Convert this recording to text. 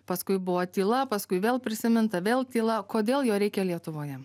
paskui buvo tyla paskui vėl prisiminta vėl tyla kodėl jo reikia lietuvoje